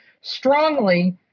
strongly